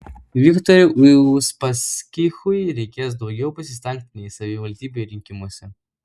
viktorui uspaskichui reikės daugiau pasistengti nei savivaldybių rinkimuose